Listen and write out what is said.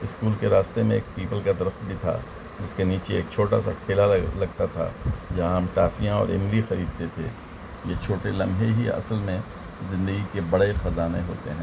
school کے راستے میں ایک پیپل کا درخت بھی تھا جس کے نیچے ایک چھوٹا سا ٹھیلا لگتا تھا جہاں ہم ٹافیاں اور املی خریدتے تھے یہ چھوٹے لمحے ہی اصل میں زندگی کے بڑے خزانے ہوتے ہیں